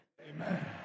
Amen